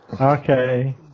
Okay